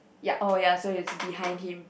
ya oh ya so it's behind him